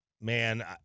man